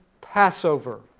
Passover